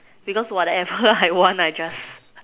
because whatever I want I just